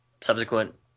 subsequent